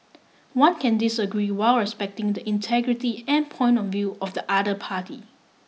one can disagree while respecting the integrity and point of view of the other party